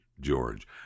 George